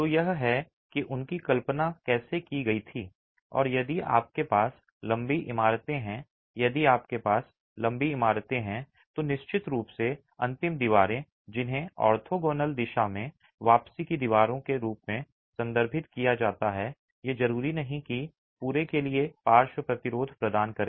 तो यह है कि उनकी कल्पना कैसे की गई थी और यदि आपके पास लंबी इमारतें हैं यदि आपके पास लंबी इमारतें हैं तो निश्चित रूप से अंतिम दीवारें जिन्हें ऑर्थोगोनल दिशा में वापसी की दीवारों के रूप में संदर्भित किया जाता है ये जरूरी नहीं कि पूरे के लिए पार्श्व प्रतिरोध प्रदान करें